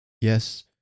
Yes